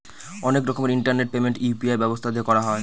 অনেক রকমের internet payment UPI ব্যবস্থা দিয়ে করা হয়